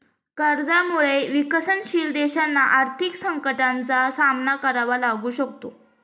कर्जामुळे विकसनशील देशांना आर्थिक संकटाचा सामना करावा लागू शकतो